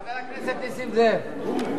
חבר הכנסת נסים זאב,